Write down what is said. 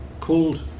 called